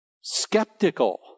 skeptical